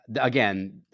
again